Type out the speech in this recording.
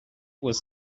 was